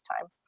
time